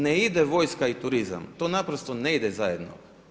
Ne ide vojska i turizam, to naprosto ne ide zajedno.